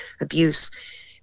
abuse